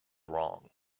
wrong